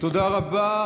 תודה רבה.